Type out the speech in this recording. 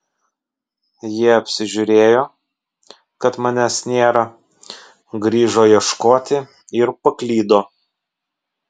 jie apsižiūrėjo kad manęs nėra grįžo ieškoti ir paklydo